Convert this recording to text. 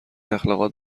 اخلاقات